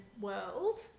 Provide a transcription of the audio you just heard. world